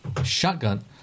Shotgun